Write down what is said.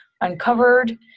uncovered